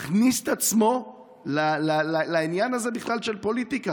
מכניס את עצמו לעניין הזה של פוליטיקה?